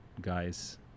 guys